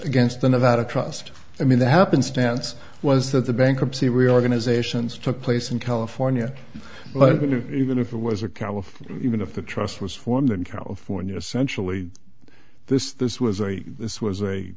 against the nevada trust i mean the happenstance was that the bankruptcy reorganization struck place in california but even if it was a caliph even if the trust was formed in california essentially this this was a this was a